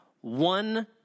One